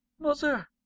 Mother